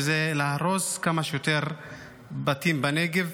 וזה להרוס כמה שיותר בתים בנגב.